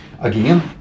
again